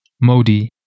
Modi